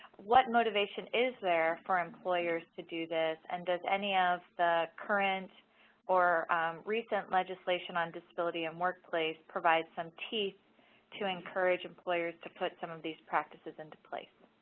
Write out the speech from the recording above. what motivation is therefore employers to do this, and does any of the current or recent legislation on disability and workplace provides some peace to encourage employers to put some of these practices in place?